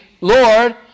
Lord